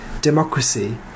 democracy